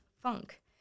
funk